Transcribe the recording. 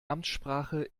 amtssprache